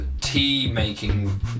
tea-making